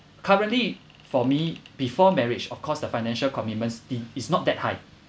currently for me before marriage of course the financial commitments it is not that high